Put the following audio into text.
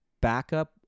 backup